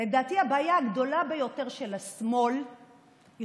לדעתי הבעיה הגדולה ביותר של השמאל היא